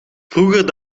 vroeger